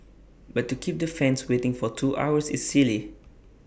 but to keep the fans waiting for two hours is silly